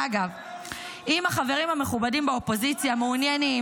אגב, אם החברים המכובדים באופוזיציה מעוניינים,